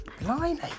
Blimey